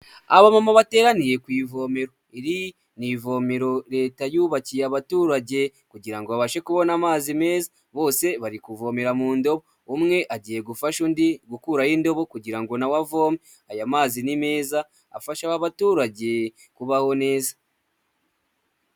Abamama bateraniye ku ivomero, iri ni ivomero leta yubakiye abaturage kugira ngo babashe kubona amazi meza, bose bari kuvomera mu ndobo umwe agiye gufasha undi gukuraho indobo kugira ngo nawe avome, aya mazi ni meza afasha aba baturage kubaho neza.